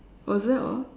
was that all